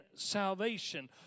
Salvation